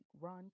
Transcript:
run